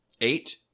Eight